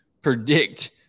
predict –